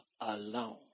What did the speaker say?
alone